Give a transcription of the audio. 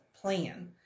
plan